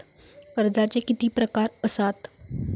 कर्जाचे किती प्रकार असात?